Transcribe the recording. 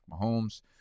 Mahomes